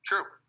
True